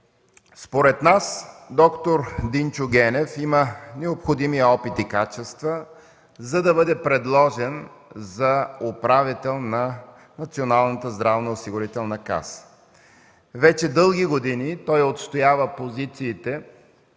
Според нас д-р Динчо Генев има необходимия опит и качества, за да бъде предложен за управител на Националната здравноосигурителна каса. Вече дълги години той отстоява позициите